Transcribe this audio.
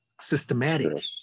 systematic